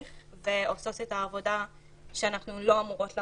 ועושות את העבודה שאנחנו לא אמורות לעשות.